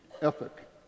ethic